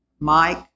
Mike